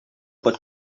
pot